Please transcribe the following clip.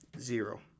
Zero